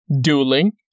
dueling